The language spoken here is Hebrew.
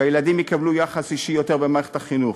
שהילדים יקבלו יחס אישי יותר במערכת החינוך,